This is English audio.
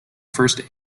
first